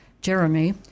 Jeremy